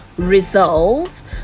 results